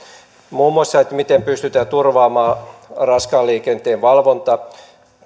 muun muassa siitä miten pystytään turvaamaan raskaan liikenteen valvonta